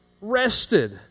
rested